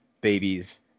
babies